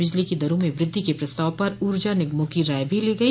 बिजली की दरों में वृद्धि के प्रस्ताव पर ऊर्जा निगमों की राय भी ली गई